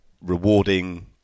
rewarding